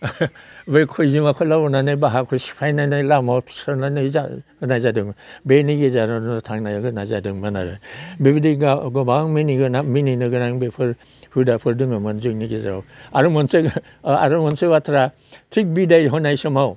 बे खैजोमाखौ लाबोनानै बाहाखौ सिफायनानै लामायाव फिसायनानै होनाय जादोंमोन बेनि गेजेरावनो थांनाय फैनाय जादोंमोन आरो बेबादि गोबां मिनिनो गोनां बेफोर हुदाफोर दोङोमोन जोंनि गेजेराव आरो मोनसे आरो मोनसे बाथ्रा थिग बिदाइ होनाय समाव